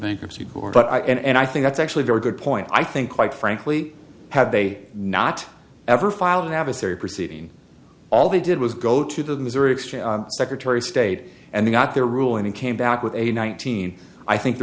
bankruptcy court but i and i think that's actually very good point i think quite frankly had they not ever filed an adversary proceeding all they did was go to the missouri exchange secretary state and they got their ruling and came back with a nineteen i think the